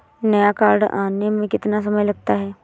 नया कार्ड आने में कितना समय लगता है?